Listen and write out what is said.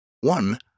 One